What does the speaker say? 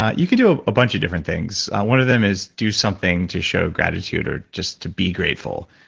ah you could do a bunch of different things. one of them is do something to show gratitude or just to be grateful.